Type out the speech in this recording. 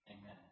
amen